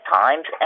times